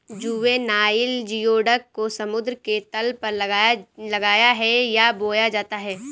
juvenile geoduck को समुद्र के तल पर लगाया है या बोया जाता है